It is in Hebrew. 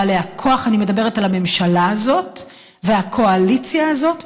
"בעלי הכוח" אני מדברת על הממשלה הזאת והקואליציה הזאת,